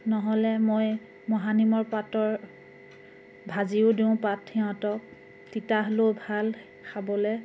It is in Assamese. নহ'লে মই মহানিমৰ পাতৰ ভাজিও দিওঁ পাত সিহঁতক তিতা হ'লেও ভাল খাবলৈ